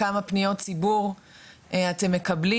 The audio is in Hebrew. כמה פניות ציבור אתם מקבלים?